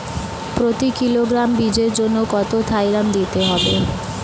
প্রতি কিলোগ্রাম বীজের জন্য কত থাইরাম দিতে হবে?